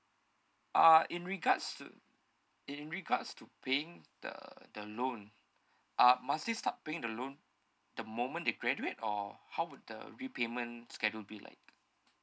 uh in regards to in regards to paying the the loan uh must he start paying the loan the moment they graduate or how would the repayment schedule be like